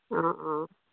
অঁ অঁ